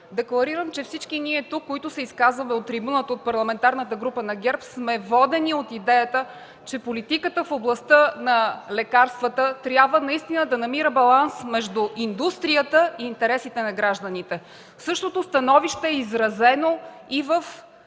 Декларирам, че всички ние тук, които се изказваме от трибуната от Парламентарната група на ГЕРБ, сме водени от идеята, че политиката в областта на лекарствата трябва наистина да намира баланс между индустрията и интересите на гражданите. Същото становище е изразено и в